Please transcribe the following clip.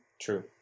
True